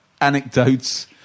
anecdotes